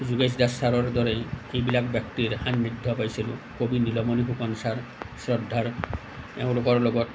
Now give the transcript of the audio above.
যোগেশ দাস চাৰৰ দৰেই সেইবিলাক ব্য়ক্তিৰ সান্নিধ্য় পাইছিলোঁ কবি নীলমণি ফুকন চাৰ শ্ৰদ্ধাৰ এওঁলোকৰ লগত